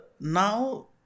now